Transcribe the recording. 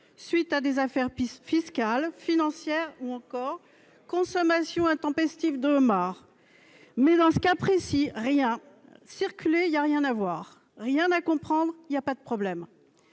suite d'affaires fiscales ou financières, ou encore pour consommation intempestive de homards ... Mais dans ce cas précis, rien :« circulez, il n'y a rien à voir !» et rien à comprendre. Il n'y a pas de problème